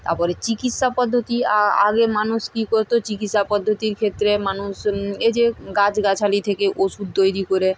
তার পরে চিকিৎসা পদ্ধতি আ আগে মানুষ কী করত চিকিৎসা পদ্ধতির ক্ষেত্রে মানুষ এ যে গাছগাছালি থেকে ওষুধ তৈরি করে